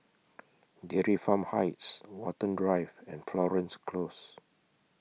Dairy Farm Heights Watten Drive and Florence Close